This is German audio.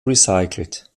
recycelt